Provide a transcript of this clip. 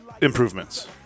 improvements